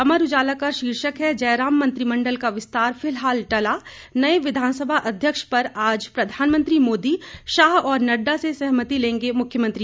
अमर उजाला का शीर्षक है जयराम मंत्रिमण्डल का विस्तार फिलहाल टला नए विधानसभा अध्यक्ष पर आज प्रधानमंत्री मोदी शाह और नड्डा से सहमति लेंगे मुख्यमंत्री